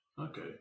Okay